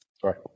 Sorry